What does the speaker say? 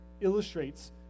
illustrates